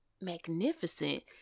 magnificent